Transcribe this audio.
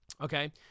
Okay